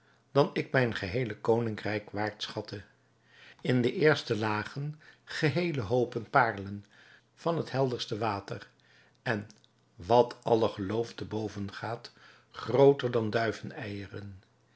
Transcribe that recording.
dan ik mijn geheele koningrijk waard schatte in de eerste lagen geheele hoopen paarlen van het helderste water en wat alle geloof te boven gaat grooter dan